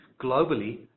Globally